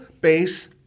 base